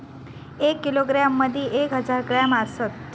एक किलोग्रॅम मदि एक हजार ग्रॅम असात